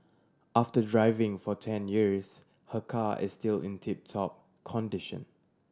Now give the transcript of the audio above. after driving for ten years her car is still in tip top condition